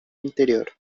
interior